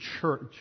church